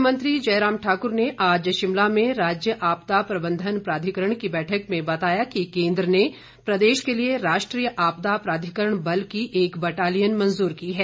मुख्यमंत्री जयराम ठाक्र ने आज शिमला में राज्य आपदा प्रंबंधन प्राधिकरण की बैठक में बताया कि केंद्र ने प्रदेश के लिए राष्ट्रीय आपदा प्राधिकरण बल की एक बटालियन मंजूर की है